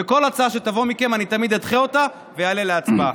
וכל הצעה שתבוא מכם אני תמיד אדחה אותה ואעלה להצבעה,